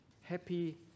happy